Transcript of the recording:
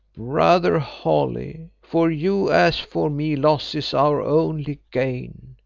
brother holly, for you as for me loss is our only gain,